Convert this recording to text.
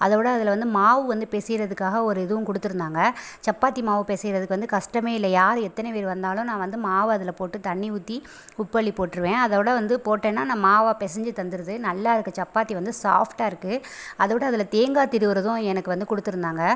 அதைவுட அதில் வந்து மாவு வந்து பிசையிறதுக்காக ஒரு இதுவும் கொடுத்துருந்தாங்க சப்பாத்தி மாவு பிசையிறதுக்கு வந்து கஸ்டமே இல்லை யார் எத்தனை பேர் வந்தாலும் நான் வந்து மாவு அதில் போட்டு தண்ணி ஊற்றி உப்புள்ளி போட்ருவேன் அதைவுட வந்து போட்டேனா நான் மாவாக பிசஞ்சி தந்துருது நல்லாயிருக்கு சப்பாத்தி வந்து சாஃப்ட்டாக இருக்குது அதைவுட அதில் தேங்காய் திருவருதும் எனக்கு வந்து கொடுத்துருந்தாங்க